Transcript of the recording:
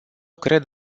cred